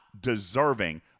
deserving